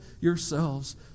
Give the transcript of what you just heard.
yourselves